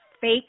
fake